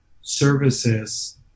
services